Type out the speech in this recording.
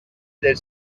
del